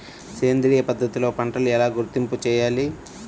సేంద్రియ పద్ధతిలో పంటలు ఎలా గుర్తింపు చేయాలి?